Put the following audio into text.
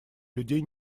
людей